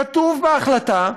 כתוב בהחלטה: